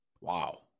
Wow